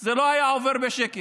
זה לא היה עובר בשקט.